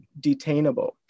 detainable